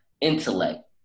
intellect